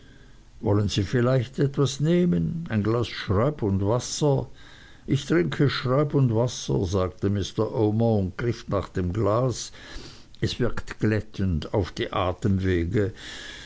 wollen sie vielleicht etwas nehmen ein glas shrub und wasser ich trinke shrub und wasser sagte mr omer und griff nach dem glas es wirkt glüttend auf die atemwege